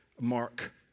mark